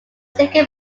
singer